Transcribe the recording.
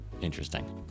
interesting